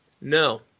No